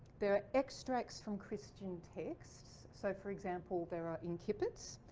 there are extracts from christian texts. so for example there are incipits.